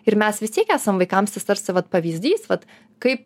ir mes vis tiek esam vaikams tas tarsi vat pavyzdys vat kaip